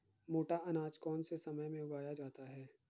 मोटा अनाज कौन से समय में उगाया जाता है?